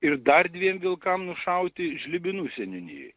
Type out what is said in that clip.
ir dar dviem vilkam nušauti žlibinų seniūnijoj